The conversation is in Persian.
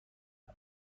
بود